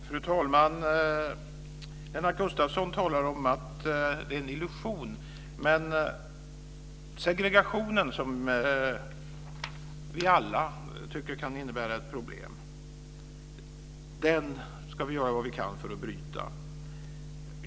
Fru talman! Lennart Gustavsson talar om att det är en illusion, men segregationen som vi alla tycker kan innebära ett problem ska vi göra vad vi kan för att bryta.